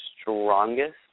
strongest